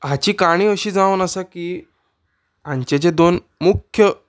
हाची काणी अशी जावन आसा की हांचे जे दोन मुख्य